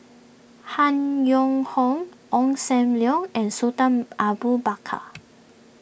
Han Yong Hong Ong Sam Leong and Sultan Abu Bakar